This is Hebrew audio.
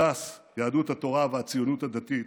ש"ס, יהדות התורה והציונות הדתית,